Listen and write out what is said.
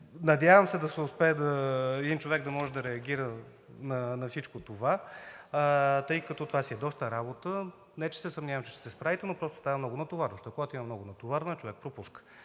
Надявам се един човек да успее, за да може да реагира на всичко това, тъй като си е доста работа – не че се съмнявам, че ще се справите, но просто става много натоварващо, а когато има много натоварване, човек пропуска.